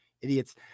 idiots